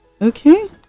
Okay